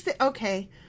Okay